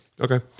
Okay